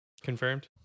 confirmed